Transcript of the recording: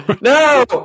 No